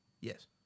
Yes